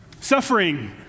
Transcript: Suffering